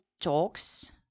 talks